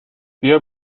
بیا